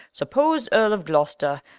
supposed earl of gloucester,